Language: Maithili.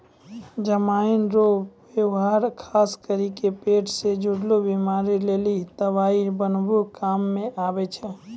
जमाइन रो वेवहार खास करी के पेट से जुड़लो बीमारी लेली दवाइ बनाबै काम मे आबै छै